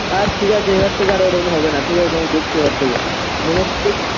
আর ঠিক আছে এবার থেকে আরও ওরকম হবে না ঠিক আছে আমি দেখছি এবার থেকে মনে হচ্ছে